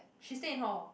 she stay in hall